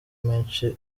menshi